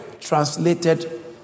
translated